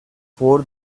for